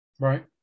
Right